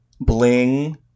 Bling